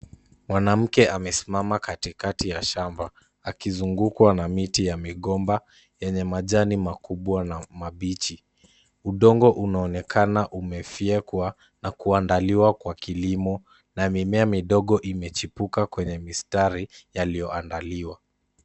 Wanamke amesimama katikati ya shamba, akizungumza na miti ya migomba yenye majani makubwa na mabichi. Udongo unaonekana umefyekwa, na kuandaliwa kwa kilimo, na mimea midogo imechipuka kwenye mistari yaliyoandaliwa.